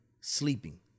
sleeping